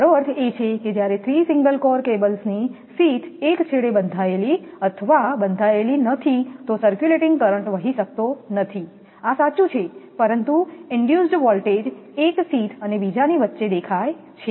મારો અર્થ એ છે કે જ્યારે 3 સિંગલ કોર કેબલ્સની શીથ એક છેડે બંધાયેલી અથવા બંધાયેલી નથી તો સર્ક્યુલેટિંગ કરંટ વહી શકતો નથી આ સાચું છે પરંતુ ઇન્ડયુઝડ વોલ્ટેજ એક શીથ અને બીજાની વચ્ચે દેખાય છે